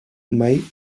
mai